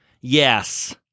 Yes